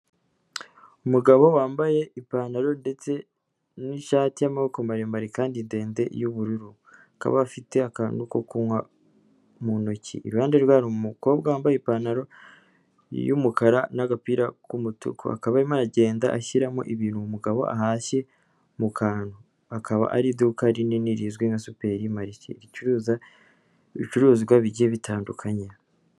Umugabo wambaye ipantaro ndetse n'ishati y'amabokoko maremare kandi ndende y'ubururu, akaba afite akantu ko kunywa mu ntoki, iruhande rwe hari umukobwa wambaye ipantaro y'umukara n'agapira k'umutuku, akaba arimo aragenda ashyiramo ibintu umugabo ahashye mu kantu, akaba ari iduka rinini rigizwi nka superi marishe, ricuruza ibicuruzwa bigiye bitandukanye